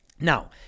Now